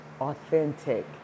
authentic